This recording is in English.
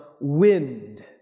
wind